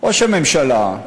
ראש הממשלה,